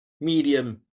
medium